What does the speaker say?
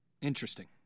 Interesting